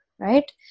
Right